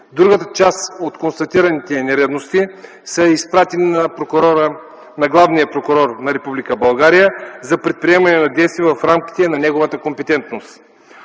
Друга част от констатираните нередности са изпратени на главния прокурор на Република България за предприемане на действия в рамките на неговата компетентност.